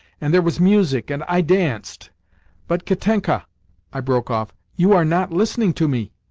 and there was music, and i danced but, katenka i broke off, you are not listening to me?